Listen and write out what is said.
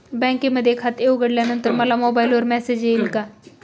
बँकेमध्ये खाते उघडल्यानंतर मला मोबाईलवर मेसेज येईल का?